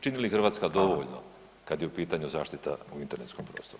Čini li Hrvatska dovoljno kada je u pitanju zaštita u internetskom prostoru?